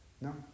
No